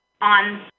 on